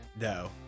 No